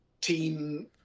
team